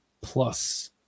Plus